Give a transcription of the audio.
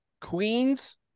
Queens